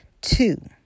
Two